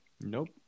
Nope